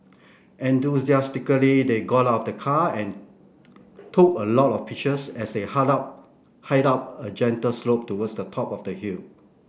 enthusiastically they got out of the car and took a lot of pictures as they up hiked up a gentle slope towards the top of the hill